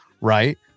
right